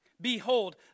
Behold